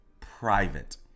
private